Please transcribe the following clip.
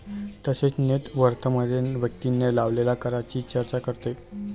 तसेच नेट वर्थमध्ये व्यक्तीने लावलेल्या करांची चर्चा करते